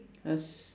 us